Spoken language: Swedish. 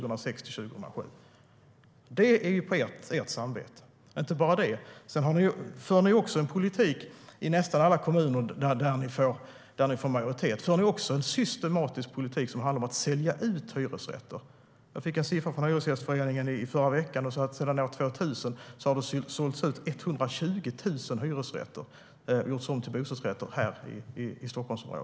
Det ligger på ert samvete, Fredrik Schulte.Dessutom för ni i nästan alla de kommuner där ni har majoritet en politik som handlar om att systematiskt sälja ut hyresrätter. Jag fick i förra veckan en siffra från Hyresgästföreningen som visar att det i Stockholmsområdet sedan år 2000 har sålts ut 120 000 hyresrätter som har gjorts om till bostadsrätter.